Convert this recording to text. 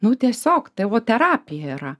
nu tiesiog tavo terapija yra